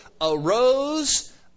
arose